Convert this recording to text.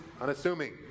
unassuming